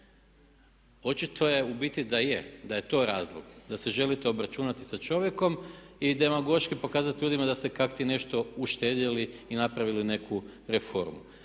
Očito je u biti da je, da je to razlog, da se želite obračunati sa čovjekom i demagoški pokazati ljudima da ste kakti nešto uštedjeli i napravili neku reformu.